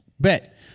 bet